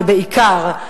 ובעיקר,